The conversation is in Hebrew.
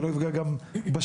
שלא יפגע גם בשני,